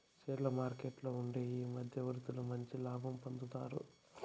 షేర్ల మార్కెట్లలో ఉండే ఈ మధ్యవర్తులు మంచి లాభం పొందుతారు